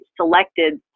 selected